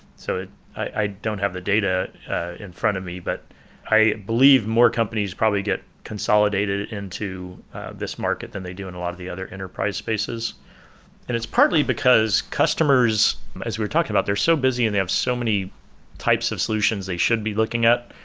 so i don't have the data in front of me, but i believe more companies probably get consolidated into this market than they do in a lot of the other enterprise spaces and it's partly because customers as we're talking about, they're so busy and they have so many types of solutions they should be looking at.